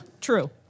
True